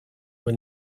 when